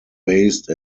based